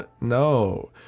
No